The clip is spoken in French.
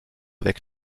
avec